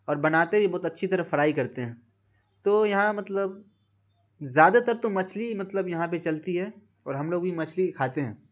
اور بناتے بھی بہت اچھی طرح فرائی کرتے ہیں تو یہاں مطلب زیادہ تر تو مچھلی مطلب یہاں پہ چلتی ہے اور ہم لوگ بھی مچھلی کھاتے ہیں